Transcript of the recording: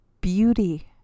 beauty